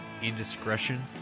indiscretion